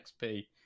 XP